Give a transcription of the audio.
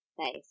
Nice